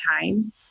time